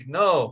no